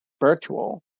virtual